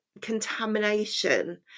contamination